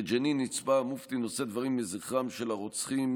בג'נין נצפה האחרון נושא דברים לזכרם של הרוצחים